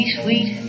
sweet